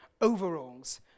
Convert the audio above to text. overalls